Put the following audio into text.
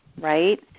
right